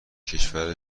کشور